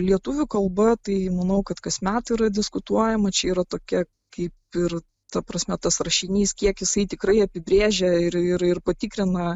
lietuvių kalba tai manau kad kasmet yra diskutuojama čia yra tokia kaip ir ta prasme tas rašinys kiek jisai tikrai apibrėžia ir ir patikrina